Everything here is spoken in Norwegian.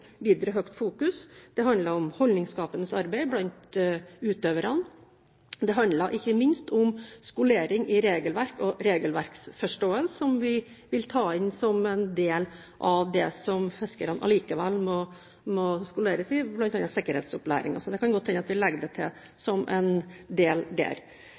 Det handler om holdningsskapende arbeid blant utøverne. Det handler ikke minst om skolering i regelverk og regelverksforståelse, som vi vil ta inn som en del av det som fiskerne allikevel vil måtte skoleres i, bl.a. sikkerhetsopplæringen. Det kan godt hende vi legger det til som en del der.